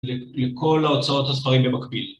‫לכל ההוצאות הספרים במקביל.